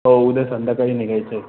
हो उद्या संध्याकाळी निघायचं आहे